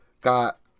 got